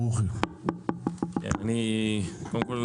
קודם כל,